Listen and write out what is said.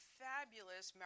fabulous